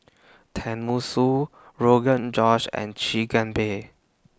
Tenmusu Rogan Josh and Chigenabe